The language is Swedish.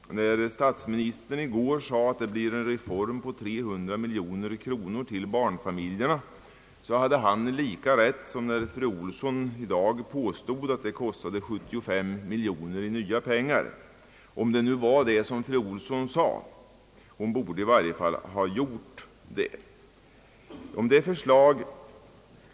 När statsministern i går sade, att det blir en reform på 300 miljoner kronor till barnfamiljerna hade han lika rätt som när fru Olsson i dag påstod att det kostade 75 miljoner kronor i nya pengar — om det var detta fru Olsson sade.